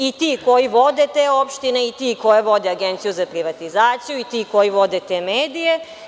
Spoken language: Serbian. I ti koji vode te opštine i ti koji vode Agenciju za privatizaciju i ti koji vode te medije.